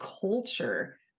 culture